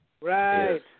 Right